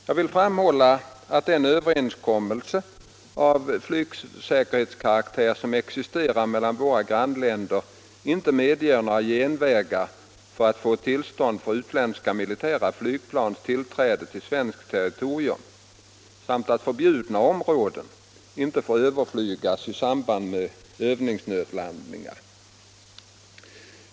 Jag vill framhålla att den överenskommelse av flygsäkerhetskaraktär som existerar med våra grannländer inte medger några genvägar för att få tillstånd för utländska militära flygplans tillträde till svenskt territorium samt att ”förbjudna områden” inte får överflygas i samband med övningsnödlandningar.